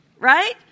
right